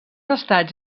estats